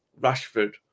Rashford